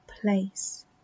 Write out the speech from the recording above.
place